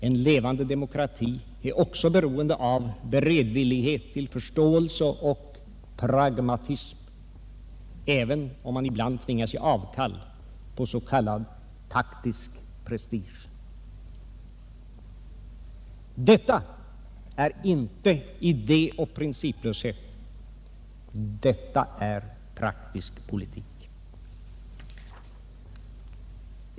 En levande demokrati är också beroende av beredvillighet till förståelse och pragmatism, även om man ibland tvingas ge avkall på s.k. taktisk prestige. Detta är inte idd och principlöshet, det är praktisk politik.